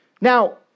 Now